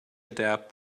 adapt